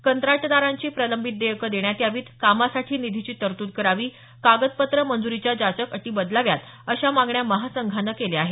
कंत्राटदारांची प्रलंबित देयकं देण्यात यावीत कामासाठी निधीची तरतूद करावी कागदपत्र मंज्रीच्या जाचक अटी बदलाव्यात अश्या मागण्या महासंघान केल्या आहेत